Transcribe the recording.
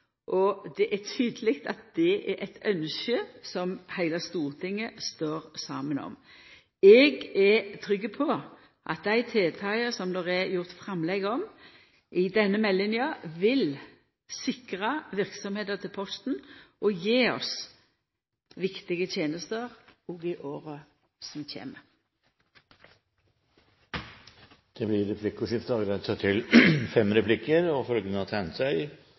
og det er tydeleg at det er eit ynskje som heile Stortinget står saman om. Eg er trygg på at dei tiltaka som det er gjort framlegg om i denne meldinga, vil sikra verksemda til Posten og gje oss viktige tenester òg i åra som kjem. Det blir replikkordskifte. I perioden fra 2004 og frem til